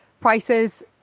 prices